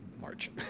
March